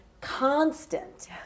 constant